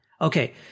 okay